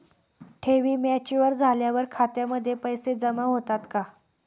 ठेवी मॅच्युअर झाल्यावर खात्यामध्ये पैसे जमा होतात का?